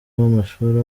w’amashuri